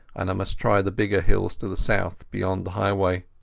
and i must try the bigger hills to the south beyond the highway.